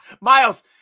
Miles